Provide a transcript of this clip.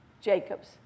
Jacob's